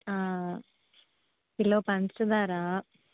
kilo పంచదార